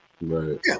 Right